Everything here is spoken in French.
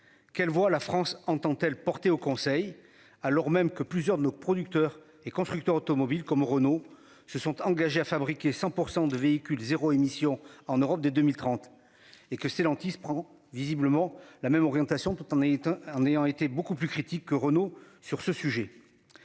Quelle voit la France entend-elle porter au conseil alors même que plusieurs de nos producteurs et constructeurs automobiles, comme Renault se sont engagés à fabriquer 100% de véhicules 0 émission en Europe dès 2030 et que Stellantis prend visiblement la même orientation tout en étant, en ayant été beaucoup plus critique que Renault sur ce sujet.